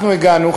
אנחנו הגענו,